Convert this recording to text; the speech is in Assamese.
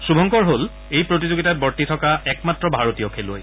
শুভক্কৰ হ'ল এই প্ৰতিযোগিতাত বৰ্তি থকা একমাত্ৰ ভাৰতীয় খেলুৱৈ